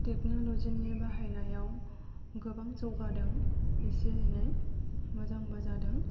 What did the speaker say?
technology नि बाहायनायाव गोबां जौगादों एसे एनै मोजांबो जादों